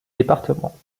départements